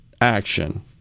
action